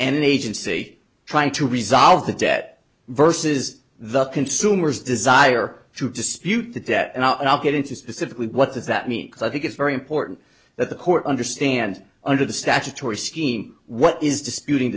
and an agency trying to resolve the debt versus the consumer's desire to dispute the debt and i'll get into specifically what does that mean because i think it's very important that the court understand under the statutory scheme what is disputing